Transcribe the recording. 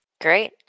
Great